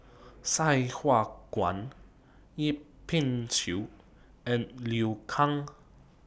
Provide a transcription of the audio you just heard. Sai Hua Kuan Yip Pin Xiu and Liu Kang